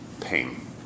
pain